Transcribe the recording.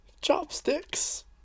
chopsticks